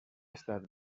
estat